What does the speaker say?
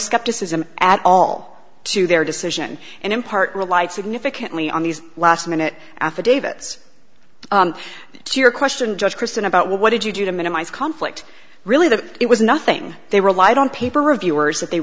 skepticism at all to their decision and in part relied significantly on these last minute affidavits to your question judge kristen about what did you do to minimize conflict really that it was nothing they relied on paper reviewers that they